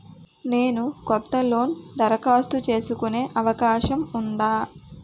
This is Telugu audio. నేను కొత్త లోన్ దరఖాస్తు చేసుకునే అవకాశం ఉందా?